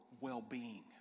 well-being